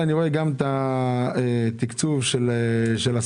אני רואה את התקצוב של השכר.